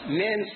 men